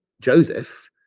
joseph